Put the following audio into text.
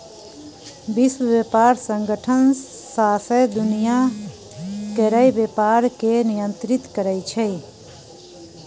विश्व बेपार संगठन सौंसे दुनियाँ केर बेपार केँ नियंत्रित करै छै